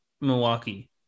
Milwaukee